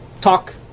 talk